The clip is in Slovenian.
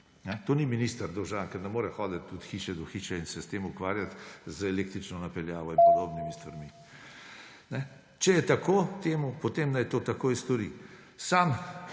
Tega ni minister dolžan, ker ne more hoditi od hiše do hiše in se ukvarjati z električno napeljavo in podobnimi stvarmi. Če je tako temu, potem naj to takoj stori. Sam